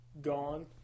gone